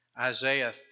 Isaiah